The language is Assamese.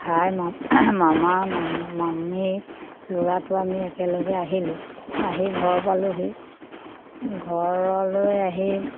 খাই মামা মামী ল'ৰাটো আমি একেলগে আহিলোঁ আহি ঘৰ পালোঁহি ঘৰলৈ আহি